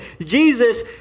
Jesus